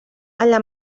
allà